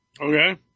Okay